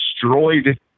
destroyed